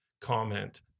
comment